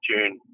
June